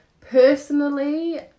Personally